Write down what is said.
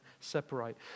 separate